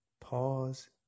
Pause